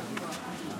תודה,